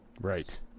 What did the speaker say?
Right